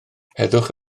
heddwch